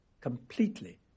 completely